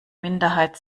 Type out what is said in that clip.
minderheit